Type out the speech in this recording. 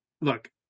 look